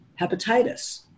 hepatitis